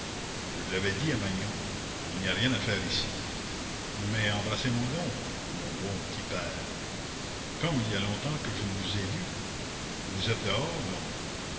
je l'avais dit à magnon il n'y a rien à faire ici mais embrassez-moi donc mon bon petit père comme il y a longtemps que je ne vous ai vu vous êtes dehors donc